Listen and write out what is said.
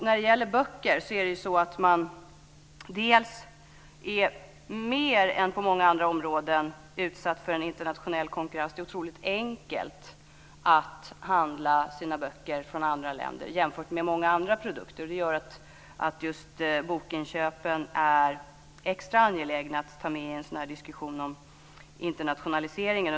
När det gäller böcker är man mer än på många andra områden utsatt för en internationell konkurrens. Det ena är att det är otroligt enkelt att handla böcker från andra länder, jämfört med många andra produkter. Det gör att det är extra angeläget att ta med bokinköpen i en diskussion om internationaliseringen.